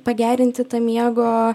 pagerinti miego